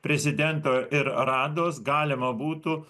prezidento ir rados galima būtų